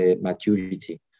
maturity